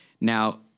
Now